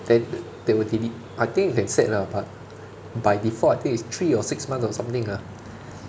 then they will delete I think we can set lah but by default I think it's three or six months or something ah